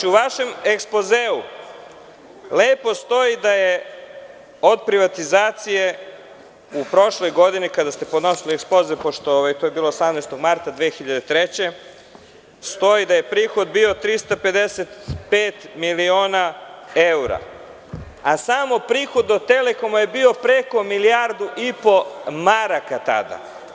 U vašem ekspozeu lepo stoji da je od privatizacije u prošloj godini, kada ste podnosili ekspoze, to je bilo 18. marta 2003. godine, stoji da je prihod bio 355.000.000 evra, a samo prihod od „Telekoma“ je bio preko 1,5 milijardi maraka tada.